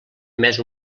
més